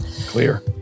Clear